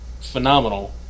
phenomenal